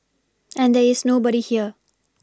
and there is nobody here